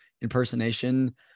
impersonation